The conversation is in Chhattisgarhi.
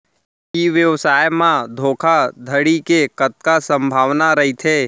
ई व्यवसाय म धोका धड़ी के कतका संभावना रहिथे?